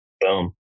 Boom